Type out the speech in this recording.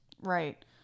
right